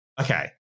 okay